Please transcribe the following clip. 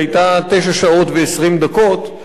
היתה תשע שעות ו-20 דקות.